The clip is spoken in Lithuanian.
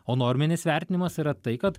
o norminis vertinimas yra tai kad